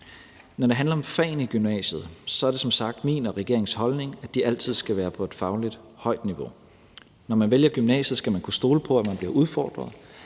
Når det handler om fagene i gymnasiet, er det som sagt min og regeringens holdning, at de altid skal være på et fagligt højt niveau. Når man vælger gymnasiet, skal man kunne stole på, at man bliver udfordret.